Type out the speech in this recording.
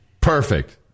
Perfect